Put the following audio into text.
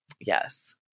Yes